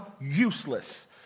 useless